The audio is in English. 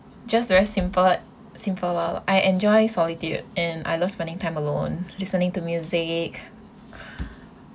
just very simple simple I enjoy solitaire and I love spending time alone listening to music